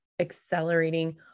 accelerating